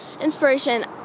inspiration